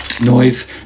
noise